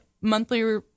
monthly